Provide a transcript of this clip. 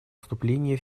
вступления